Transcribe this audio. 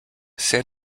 san